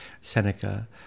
Seneca